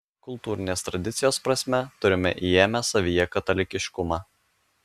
kultūrinės tradicijos prasme turime įėmę savyje katalikiškumą